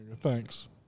Thanks